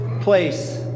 place